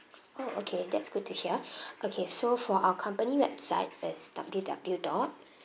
oh okay that's good to hear okay so for our company website is W W dot